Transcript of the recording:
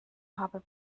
habe